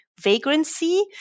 vagrancy